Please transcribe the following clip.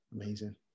Amazing